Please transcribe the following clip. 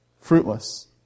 Fruitless